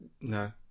no